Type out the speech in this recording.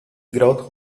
growth